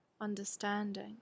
understanding